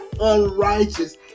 unrighteous